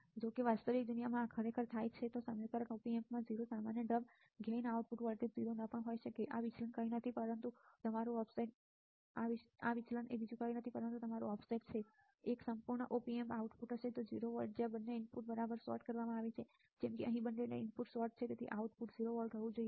જો કે વાસ્તવિક દુનિયામાં આ ખરેખર થાય છે સમીકરણમાં op ampમાં 0 સામાન્ય ઢબ ગેઇન આઉટપુટ વોલ્ટેજ 0 ન પણ હોઈ શકે આ વિચલન કંઈ નથી પરંતુ તમારું ઑફસેટ આ વિચલન તમારું ઑફસેટ છે એક સંપૂર્ણ op amp આઉટપુટ હશે 0 વોલ્ટ જ્યાં બંને ઇનપુટ્સ બરાબર સૉર્ટ કરવામાં આવે છે જેમ કે અહીં બંને ઇનપુટ સૉર્ટ છે અને આઉટપુટ 0 વોલ્ટ હોવું જોઈએ